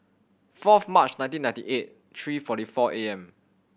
fourth March nineteen ninety eight three forty four A M